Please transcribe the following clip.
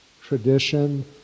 tradition